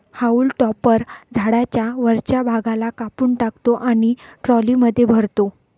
haulm topper झाडाच्या वरच्या भागाला कापून टाकतो आणि ट्रॉलीमध्ये भरतो